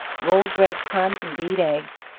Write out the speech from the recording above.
rolled bread crumbs and beat eggs,